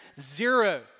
zero